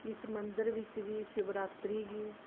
इस मंदर बिच्च बी शिवरात्री गी